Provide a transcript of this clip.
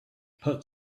put